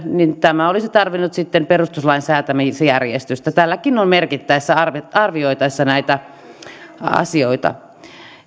niin tämä olisi tarvinnut sitten perustuslain säätämisjärjestystä tälläkin on merkitys arvioitaessa näitä asioita